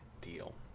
deal